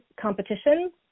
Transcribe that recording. competition